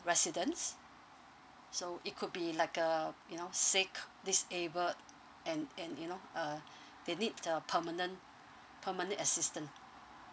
residents so it could be like uh you know sick disabled and and you know uh they need a permanent permanent assistant